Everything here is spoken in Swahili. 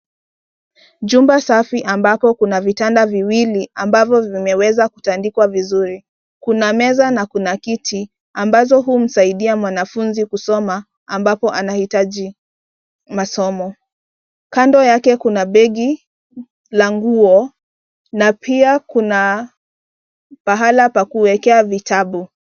Jumba safi ambapo kuna vitanda viwili ambayo vimeweza kutandikwa vizuri. Kuna meza na kuna kiti ambazo humsaidia mwanafunzi kusoma ambapo anahitaji masomo. Kando yake kuna begi la nguo na pia kuna pahala pa kuwekea vitabu.